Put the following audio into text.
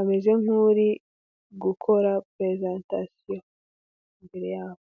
ameze nk'uri gukora purezantasiyo imbere yabo.